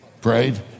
prayed